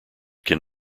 can